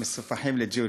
מסופחים לג'וליס.